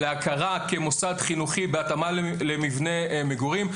ולהכרה כמוסד חינוכי בהתאמה למבנה מגורים.